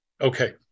okay